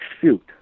shoot